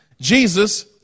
Jesus